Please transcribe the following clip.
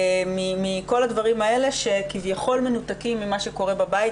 מכל הדברים האלה שכביכול מנותקים ממה שקורה בבית,